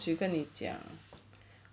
谁跟你讲